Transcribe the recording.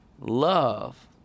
love